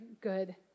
good